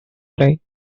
fly